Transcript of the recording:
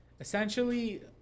essentially